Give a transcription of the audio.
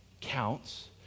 counts